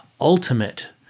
ultimate